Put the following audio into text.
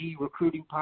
Recruiting